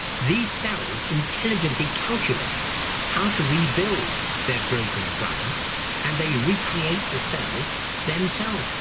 these cells intelligently calculate how to rebuild their broken brother and they recreate the cell themselves.